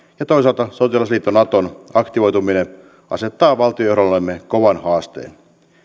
ja toisaalta sotilasliitto naton aktivoituminen asettaa valtionjohdollemme kovan haasteen